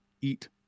eat